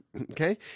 okay